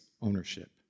ownership